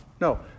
no